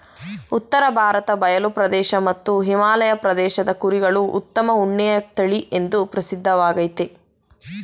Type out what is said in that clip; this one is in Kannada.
ಉತ್ತರ ಭಾರತ ಬಯಲು ಪ್ರದೇಶ ಮತ್ತು ಹಿಮಾಲಯ ಪ್ರದೇಶದ ಕುರಿಗಳು ಉತ್ತಮ ಉಣ್ಣೆಯ ತಳಿಎಂದೂ ಪ್ರಸಿದ್ಧವಾಗಯ್ತೆ